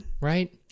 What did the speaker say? Right